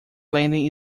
landing